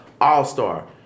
all-star